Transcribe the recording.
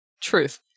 Truth